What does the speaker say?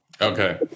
Okay